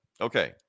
okay